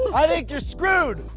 i think you're screwed!